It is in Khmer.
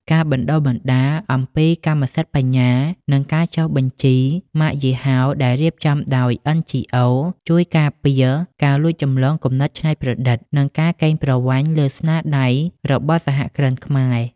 ការបណ្ដុះបណ្ដាលអំពីកម្មសិទ្ធិបញ្ញា និងការចុះបញ្ជីម៉ាកយីហោដែលរៀបចំដោយ NGOs ជួយការពារការលួចចម្លងគំនិតច្នៃប្រឌិត និងការកេងប្រវ័ញ្ចលើស្នាដៃរបស់សហគ្រិនខ្មែរ។